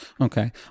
Okay